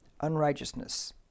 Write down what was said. unrighteousness